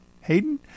Hayden